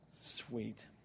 Sweet